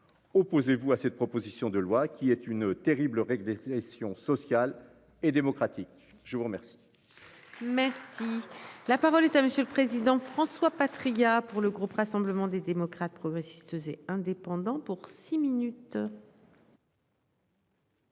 Opposez-vous à cette proposition de loi qui est une terrible règle des questions sociales et démocratiques. Je vous remercie. Merci la parole est à monsieur. Président François Patriat pour le groupe Rassemblement des démocrates, progressistes et indépendants pour six minutes.